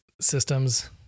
systems